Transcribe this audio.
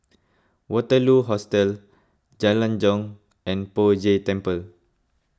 Waterloo Hostel Jalan Jong and Poh Jay Temple